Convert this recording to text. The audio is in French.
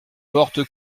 porte